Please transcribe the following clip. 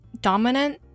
dominant